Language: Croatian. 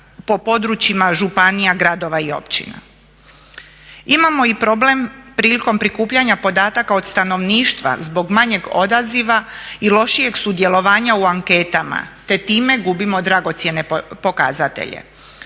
Imamo i problem prilikom prikupljanja podataka od stanovništva zbog manjeg odaziva i lošijeg sudjelovanja u anketama, te time gubimo dragocjene pokazatelje.